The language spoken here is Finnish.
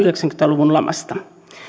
luvun lamasta